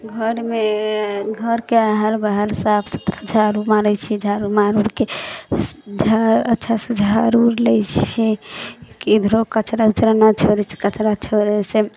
घरमे घरके आहार बाहर साफ सुथरा झाड़ू मारै छियै झाड़ू मारिके झा अच्छा से झाड़ उड़ लय छियै किधरो कचड़ा उचड़ा नहि छोड़ै छियै कचड़ा छोड़ैसँ